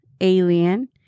Alien